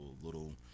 little